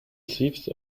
thieves